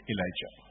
Elijah